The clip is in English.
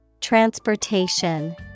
Transportation